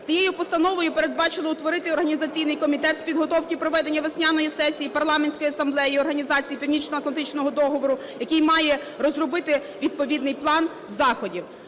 Цією постановою передбачено утворити організаційний комітет з підготовки про ведення весняної сесії Парламентської асамблеї Організації Північноатлантичного договору, який має розробити відповідний план заходів.